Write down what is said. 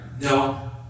no